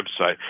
website